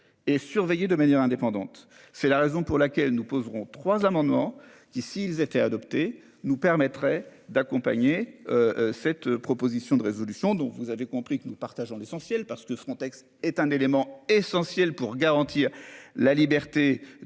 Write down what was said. et surveiller de manière indépendante. C'est la raison pour laquelle nous poserons trois amendements qui, si elles étaient adoptées nous permettrait d'accompagner. Cette proposition de résolution dont vous avez compris que nous partageons l'essentiel parce que Frontex est un élément essentiel pour garantir la liberté